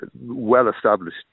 well-established